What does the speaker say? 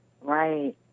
Right